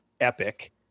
epic